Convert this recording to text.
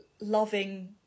loving